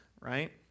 right